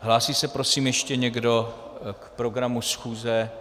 Hlásí se prosím ještě někdo k programu schůze?